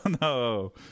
no